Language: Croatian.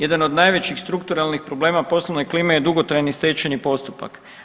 Jedan od najvećih strukturalnih problema poslovne klime je dugotrajni stečajni postupak.